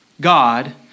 God